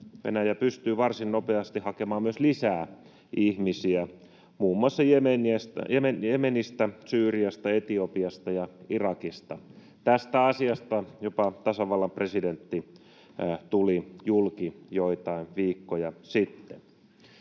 Venäjä pystyy varsin nopeasti hakemaan myös lisää ihmisiä muun muassa Jemenistä, Syyriasta, Etiopiasta ja Irakista. Tästä asiasta jopa tasavallan presidentti tuli julki joitain viikkoja sitten.